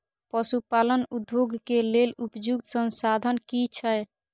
पशु पालन उद्योग के लेल उपयुक्त संसाधन की छै?